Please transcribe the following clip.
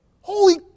Holy